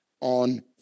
on